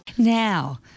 Now